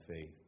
faith